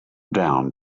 down